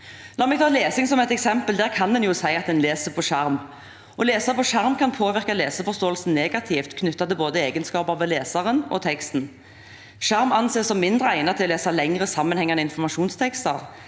La meg ta lesing som et eksempel. Der kan en jo si at en leser på skjerm. Å lese på skjerm kan påvirke leseforståelsen negativt, knyttet til egenskaper ved både leseren og teksten. Skjerm anses som mindre egnet til å lese lengre, sammenhengende informasjonstekster,